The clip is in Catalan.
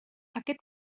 aquest